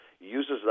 uses